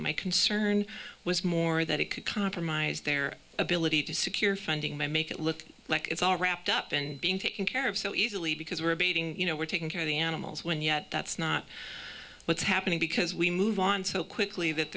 my concern was more that it could compromise their ability to secure funding my make it look like it's all wrapped up and being taken care of so easily because we're beating you know we're taking care of the animals when yet that's not what's happening because we move on so quickly that